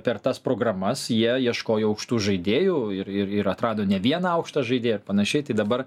per tas programas jie ieškojo aukštų žaidėjų ir ir ir atrado ne vieną aukštą žaidėją ir panašiai tai dabar